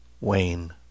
Wayne